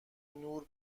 نور